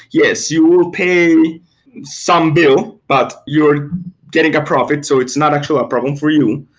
yes, you will pay some bill, but you're getting a profit. so it's not actually a problem for you.